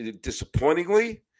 disappointingly